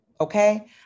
okay